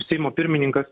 seimo pirmininkas